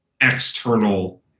external